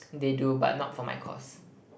they do but not for my course